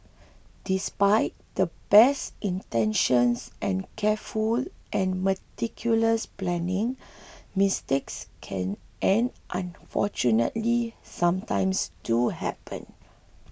despite the best intentions and careful and meticulous planning mistakes can and unfortunately sometimes do happen